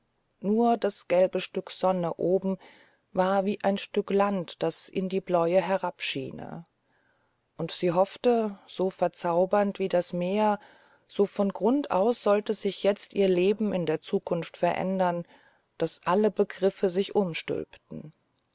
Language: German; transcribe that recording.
nur das gelbe stück sonne oben war wie ein stück land das in die bläue herabschiene und sie hoffte so verzaubernd wie das meer so von grund aus sollte sich jetzt ihr leben in der zukunft verändern daß alle begriffe sich umstülpten